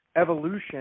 evolution